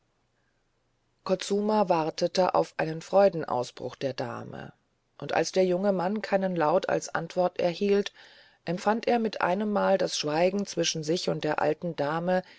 kutsuma wartete auf einen freudenausbruch der dame und als der junge mann keinen laut als antwort erhielt empfand er mit einemmal das schweigen zwischen sich und der alten dame